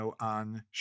on